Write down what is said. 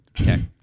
Okay